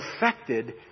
affected